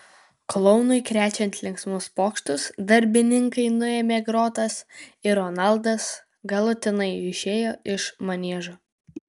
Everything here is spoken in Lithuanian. klounui krečiant linksmus pokštus darbininkai nuėmė grotas ir ronaldas galutinai išėjo iš maniežo